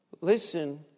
Listen